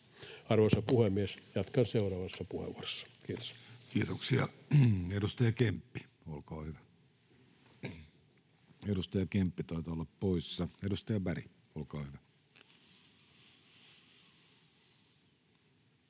Arvoisa puhemies, jatkan seuraavassa puheenvuorossa. — Kiitos. Kiitoksia. — Edustaja Kemppi, olkaa hyvä. Edustaja Kemppi taitaa olla poissa. — Edustaja Berg, olkaa hyvä.